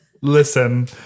Listen